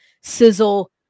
Sizzle